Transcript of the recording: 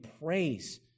praise